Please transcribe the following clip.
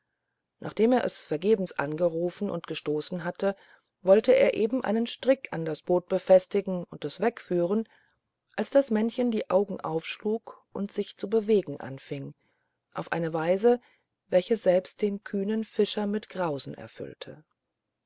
nachdem er es vergebens angerufen und gestoßen hatte wollte er eben einen strick an das boot befestigen und es wegführen als das männchen die augen aufschlug und sich zu bewegen anfing auf eine weise welche selbst den kühnen fischer mit grausen erfüllte